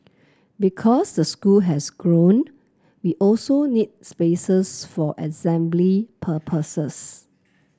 because the school has grown we also need spaces for assembly purposes